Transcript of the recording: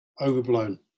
overblown